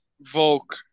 Volk